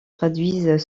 traduisent